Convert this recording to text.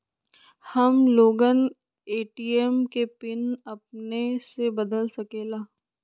हम लोगन ए.टी.एम के पिन अपने से बदल सकेला?